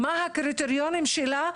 מה הקריטריונים שלה,